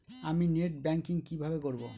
আমি net banking কিভাবে করব?